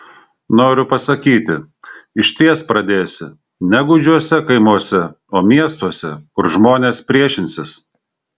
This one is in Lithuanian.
noriu pasakyti išties pradėsi ne gūdžiuose kaimuose o miestuose kur žmonės priešinsis